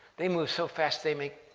they move so fast, they make,